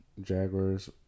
Jaguars